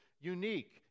unique